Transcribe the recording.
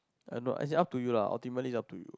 I don't know lah as in up to you lah ultimately it's up to you